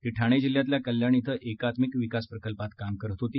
ती ठाणे जिल्ह्यातल्या कल्याण इथं एकात्मिक विकास प्रकल्पात काम करत होती